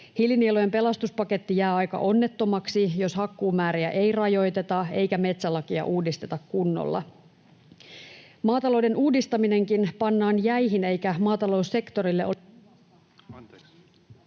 Hiilinielujen pelastuspaketti jää aika onnettomaksi, jos hakkuumääriä ei rajoiteta eikä metsälakia uudisteta kunnolla. Maatalouden uudistaminenkin pannaan jäihin, eikä maataloussektorille ole luvassa